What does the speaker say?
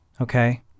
Okay